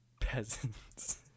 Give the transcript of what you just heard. Peasants